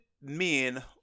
men